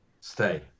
stay